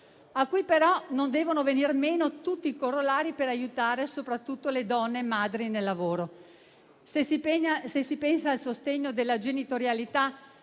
cui però non devono venir meno tutti i corollari per aiutare, soprattutto, le donne madri nel lavoro. Se si se si pensa al sostegno della genitorialità,